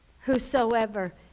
whosoever